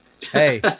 Hey